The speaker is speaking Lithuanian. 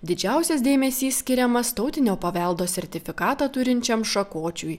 didžiausias dėmesys skiriamas tautinio paveldo sertifikatą turinčiam šakočiui